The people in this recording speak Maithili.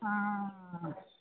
हँ